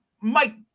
Mike